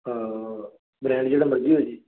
brand ਜਿਹੜਾ ਮਰਜੀ ਹੋ ਜੇ